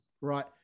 right